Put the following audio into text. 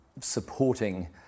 supporting